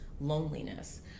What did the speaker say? loneliness